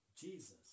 Jesus